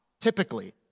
typically